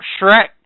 Shrek